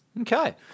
Okay